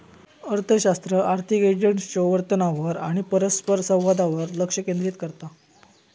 अर्थशास्त्र आर्थिक एजंट्सच्यो वर्तनावर आणि परस्परसंवादावर लक्ष केंद्रित करता